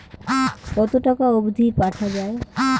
কতো টাকা অবধি পাঠা য়ায়?